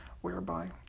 whereby